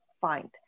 find